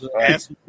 Ask